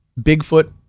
Bigfoot